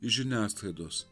iš žiniasklaidos